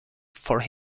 for